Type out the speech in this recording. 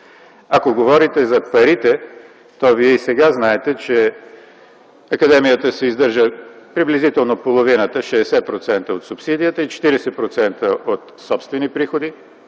Ако говорите за парите, то вие и сега знаете, че академията се издържа приблизително половината – 60% от субсидия и 40% от собствени приходи.